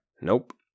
Nope